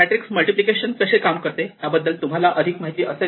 matrix multiplication कसे काम करते याबद्दल तुम्हाला माहिती असेल